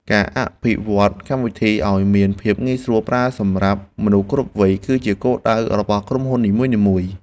ការអភិវឌ្ឍន៍កម្មវិធីឱ្យមានភាពងាយស្រួលប្រើសម្រាប់មនុស្សគ្រប់វ័យ គឺជាគោលដៅរបស់ក្រុមហ៊ុននីមួយៗ។